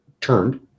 Turned